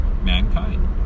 mankind